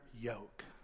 yoke